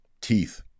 teeth